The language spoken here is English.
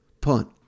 punt